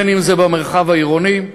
אם זה במרחב העירוני,